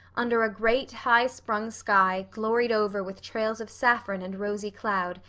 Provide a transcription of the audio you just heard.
under a great, high-sprung sky gloried over with trails of saffron and rosy cloud,